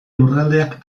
lurraldeak